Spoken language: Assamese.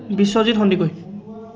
বিশ্বজিত সন্দিকৈ